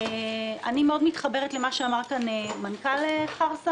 אני מתחברת מאוד אל מה שאמר כאן מנכ"ל חמת.